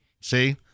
See